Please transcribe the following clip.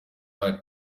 ahari